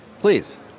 please